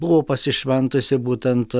buvo pasišventusi būtent